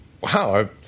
Wow